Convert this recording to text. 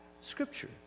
Scripture